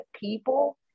people